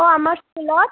অঁ আমাৰ স্কুলত